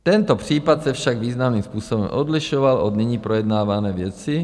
Tento případ se však významným způsobem odlišoval od nyní projednávané věci.